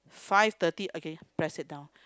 five thirty again press it down